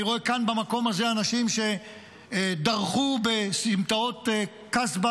אני רואה כאן במקום הזה אנשים שדרכו בסמטאות קסבה